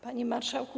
Panie Marszałku!